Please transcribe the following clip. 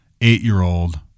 eight-year-old